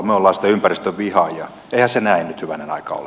eihän se näin nyt hyvänen aika ole